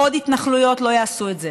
עוד התנחלויות לא יעשו את זה.